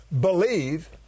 Believe